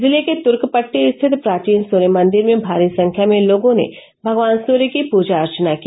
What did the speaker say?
जिले के तुर्कपट्टी स्थित प्राचीन सूर्य मंदिर में भारी संख्या में लोगों ने भगवान सूर्य की पूजा अर्चना की